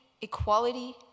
equality